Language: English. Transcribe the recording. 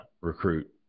recruit